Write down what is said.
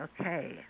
okay